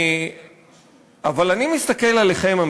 אבל אני מסתכל עליכם,